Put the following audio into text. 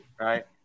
right